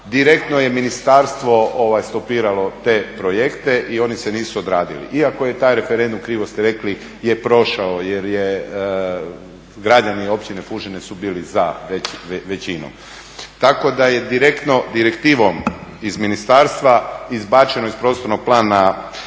direktno je ministarstvo stopiralo te projekte i oni se nisu odradili. Iako je taj referendum, krivo ste rekli, je prošao jer je građani Opcije Fužine su bili za, većinom. Tako da je direktno direktivom iz ministarstva izbačeno iz prostornog plana